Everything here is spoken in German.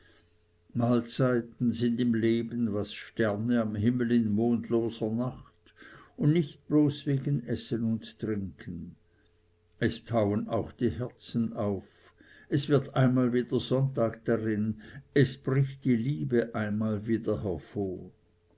mahlzeiten sind im leben was sterne am himmel in mondloser nacht und nicht bloß wegen essen und trinken es tauen auch die herzen auf es wird einmal wieder sonntag darin es bricht die liebe einmal wieder hervor